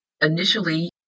Initially